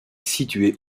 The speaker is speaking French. situé